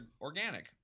organic